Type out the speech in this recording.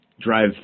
drive